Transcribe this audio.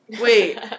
Wait